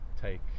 take